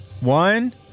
One